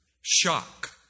shock